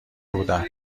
بودم